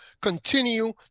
continue